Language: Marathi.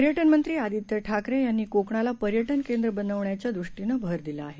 पर्यटन मंत्री आदित्य ठाकरे यांनी कोकणाला पर्यटन केंद्र बनवण्याच्या दृष्टीनं भर दिला आहे